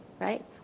right